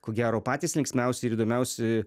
ko gero patys linksmiausi ir įdomiausi